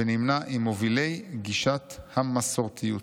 ונמנה עם מובילי גישת המסורתיות.